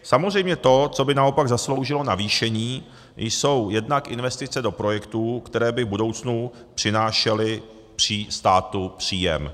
Samozřejmě to, co by naopak zasloužilo navýšení, jsou jednak investice do projektů, které by v budoucnu přinášely státu příjem.